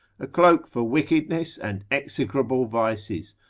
a cloak for wickedness and execrable vices,